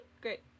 Great